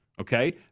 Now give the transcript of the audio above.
okay